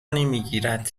نمیگیرد